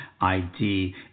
ID